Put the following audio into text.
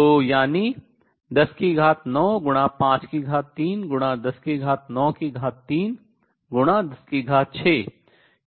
तो यानी 109 53 3×106